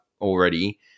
already